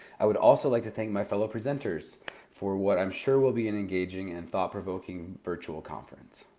i would also like to thank my fellow presenters for what i'm sure will be an engaging and thought-provoking virtual conference.